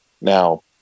Now